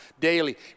daily